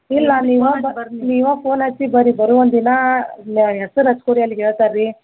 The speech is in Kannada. ಇಲ್ಲ ನೀವು ಫೋನ್ ಹಚ್ಚಿ ಬರ್ರಿ ಬರುವ ಒಂದಿನ ಹೆಸರು ಹಚ್ಕೋರಿ ಅಲ್ಲಿ ಹೇಳ್ತಾರೆ ರೀ